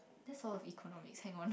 that's all of economics hang on